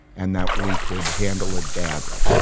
and that we could handle it badly.